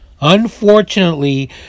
Unfortunately